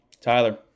tyler